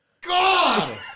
God